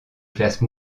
classe